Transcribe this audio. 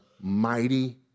mighty